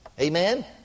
Amen